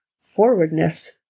forwardness